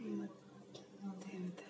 ಮತ್ತು ಮತ್ತೆ ಎಂತ